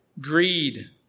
greed